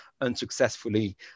unsuccessfully